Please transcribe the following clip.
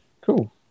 Cool